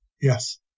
Yes